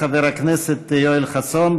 חבר הכנסת יואל חסון,